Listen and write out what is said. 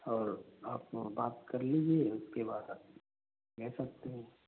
और आप बात कर लीजिए उसके बाद आप ले सकते हैं